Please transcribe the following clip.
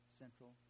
central